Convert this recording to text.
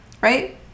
right